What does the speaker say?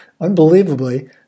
unbelievably